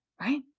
right